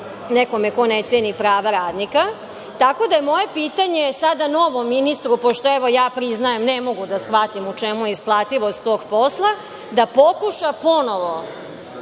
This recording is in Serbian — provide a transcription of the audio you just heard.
nekome ko ne ceni prava radnika. Moje pitanje je sada novom ministru, pošto evo, ja priznajem, ne mogu da shvatim u čemu je isplativost tog posla da pokuša ponovo